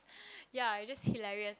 ya it just hilarious